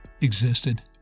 existed